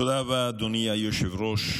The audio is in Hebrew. תודה רבה, אדוני היושב-ראש.